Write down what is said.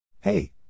Hey